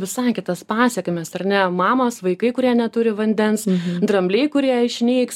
visai kitas pasekmes ar ne mamos vaikai kurie neturi vandens drambliai kurie išnyks